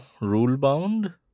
rule-bound